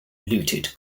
looted